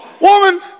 woman